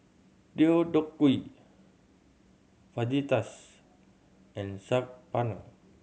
Deodeok Gui Fajitas and Saag Paneer